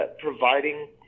providing